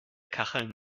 kacheln